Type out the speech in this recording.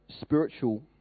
spiritual